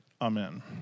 Amen